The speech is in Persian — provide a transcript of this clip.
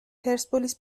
پرسپولیس